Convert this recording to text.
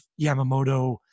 Yamamoto